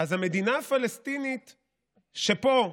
אז המדינה הפלסטינית שפה,